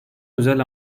özel